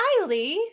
Kylie